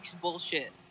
bullshit